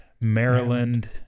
Maryland